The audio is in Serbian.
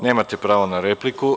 Nemate pravo na repliku.